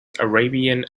arabian